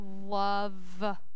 love